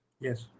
Yes